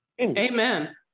Amen